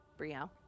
Brielle